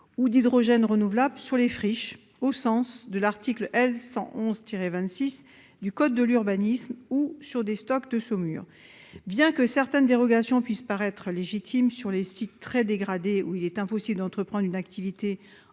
ou d'hydrogène renouvelable sur les friches, au sens de l'article L. 111-26 du code de l'urbanisme, ou sur des stocks de saumures. Bien que certaines dérogations puissent paraître légitimes sur les sites très dégradés, où il est impossible d'entreprendre une activité en